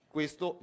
Questo